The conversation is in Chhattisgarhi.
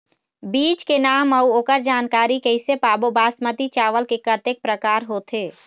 बीज के नाम अऊ ओकर जानकारी कैसे पाबो बासमती चावल के कतेक प्रकार होथे?